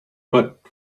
but